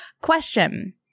Question